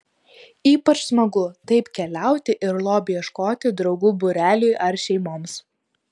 ypač smagu taip keliauti ir lobio ieškoti draugų būreliui ar šeimoms